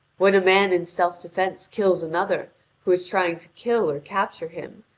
when a man in self-defence kills another who is trying to kill or capture him,